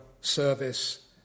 service